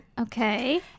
Okay